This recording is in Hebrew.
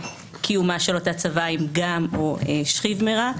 מקיומה של אותה צוואה עם פגם או 'שכיב מרע',